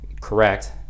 correct